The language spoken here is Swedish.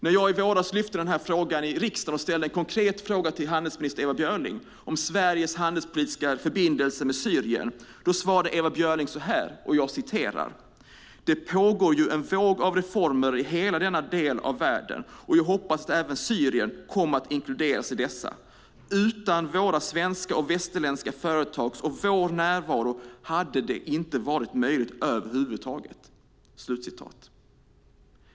När jag i våras lyfte denna fråga i riksdagen och ställde en konkret fråga till handelsminister Ewa Björling om Sveriges handelspolitiska förbindelser med Syrien svarade hon så här: "Det pågår ju en våg av reformer i hela den delen av världen, och jag hoppas att även Syrien kommer att inkluderas i dessa. Utan våra svenska och västerländska företags och vår närvaro hade det inte varit möjligt över huvud taget."